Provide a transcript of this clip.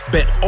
Bet